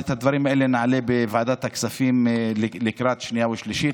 את הדברים האלה נעלה בוועדת הכספים לקראת קריאה שנייה ושלישית.